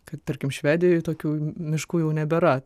kad tarkim švedijoj tokių miškų jau nebėra